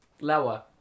Lower